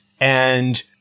and-